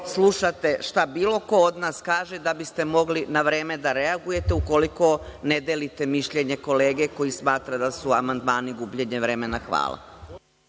slušate šta bilo ko od nas kaže da biste mogli na vreme da reagujete, ukoliko ne delite mišljenje kolege koji smatra da su amandmani gubljenje vremena. Hvala.